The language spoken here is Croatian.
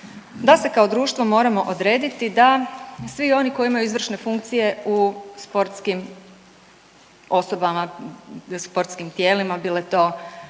da se kao društvo moramo odrediti da svi oni koji imaju izvršne funkcije u sportskim osobama i u sportskim tijelima, bile to